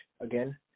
again